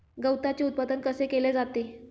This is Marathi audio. गवताचे उत्पादन कसे केले जाते?